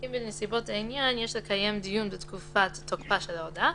כי בנסיבות העניין יש לקיים דיון בתקופת תוקפה של ההודעה,